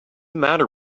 matter